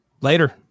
Later